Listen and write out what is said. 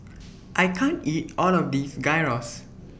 I can't eat All of This Gyros